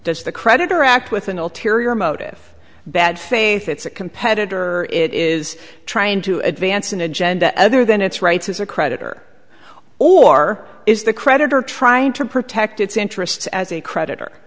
does the creditor act with an ulterior motive bad faith it's a competitor it is trying to advance an agenda other than its rights as a creditor or is the creditor trying to protect its interests as a credit